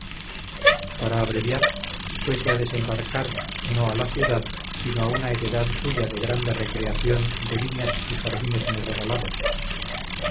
para abreviar fuese a desembarcar no a la ciudad sino a una heredad suya de grande recreación de viñas y jardines muy regalados